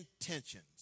intentions